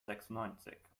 sechsundneunzig